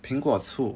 苹果醋